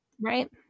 Right